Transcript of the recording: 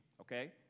okay